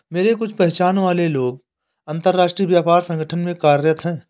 मेरे कुछ पहचान वाले लोग अंतर्राष्ट्रीय व्यापार संगठन में कार्यरत है